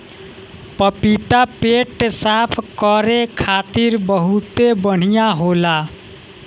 पपीता पेट साफ़ करे खातिर बहुते बढ़िया होला